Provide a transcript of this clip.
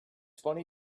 funny